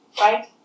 right